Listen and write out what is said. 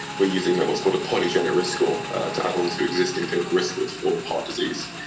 we're using what's called a polygenic risk score to add on to existing clinical risk scores for heart disease.